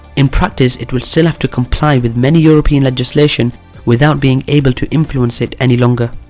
in practise it will still have to comply with many european legislation without being able to influence it any longer.